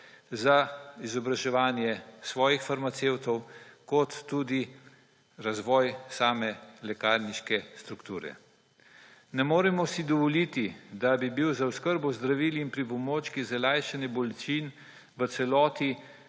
za izobraževanje svojih farmacevtov, kot tudi za razvoj same lekarniške strukture. Ne moremo si dovoliti, da bi bil za oskrbo z zdravili in pripomočki za lajšanje bolečin v celoti